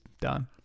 done